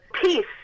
peace